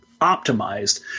optimized